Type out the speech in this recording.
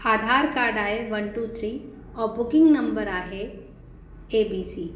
Aadhaar card आहे one two three औरि booking number आहे ए बी सी